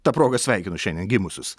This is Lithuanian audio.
ta proga sveikinu šiandien gimusius